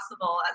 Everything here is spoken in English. possible